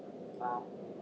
um